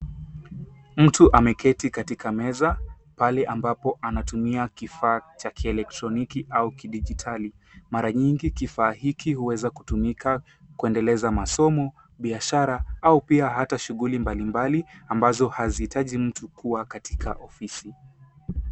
Mtu ameketi katika meza mahali ambapo anatumia kifaa cha kielektroniki au kidijitali mara nyingi kifaa hiki huweza kutumika kuendeleza masomo, biashara au pia hata shughuli mbalimbali ambazo hazihitaji mtu kua katika ofisi.